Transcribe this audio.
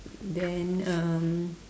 then um